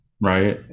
right